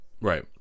Right